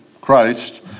Christ